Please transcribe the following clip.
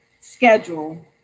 schedule